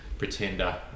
pretender